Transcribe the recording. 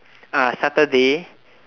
saturday